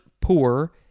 poor